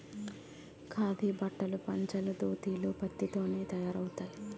ఖాదీ బట్టలు పంచలు దోతీలు పత్తి తోనే తయారవుతాయి